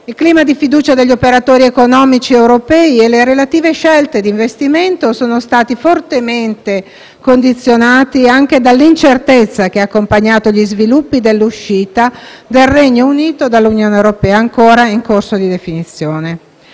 il clima di fiducia degli operatori economici europei e le relative scelte d'investimento sono stati fortemente condizionati anche dall'incertezza che ha accompagnato gli sviluppi dell'uscita del Regno Unito dall'Unione europea, ancora in corso di definizione.